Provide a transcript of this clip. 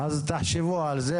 אז תחשבו על זה.